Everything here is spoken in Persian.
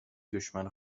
دشمن